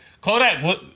Kodak